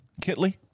Kitley